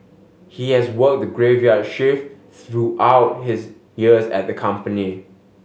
he has worked the graveyard shift throughout his years at the company